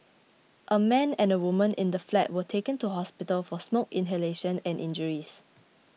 a man and a woman in the flat were taken to hospital for smoke inhalation and injuries